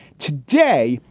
today,